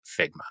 Figma